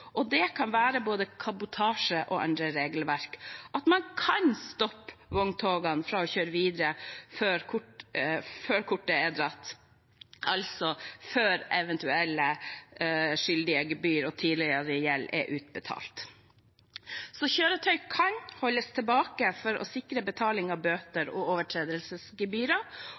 det kan være både kabotasjeregelverk og andre regelverk – at man kan stoppe vogntogene fra å kjøre videre før kortet er dratt, altså før eventuelle skyldige gebyr og tidligere gjeld er betalt. Så kjøretøy kan holdes tilbake for å sikre betaling av bøter og overtredelsesgebyrer.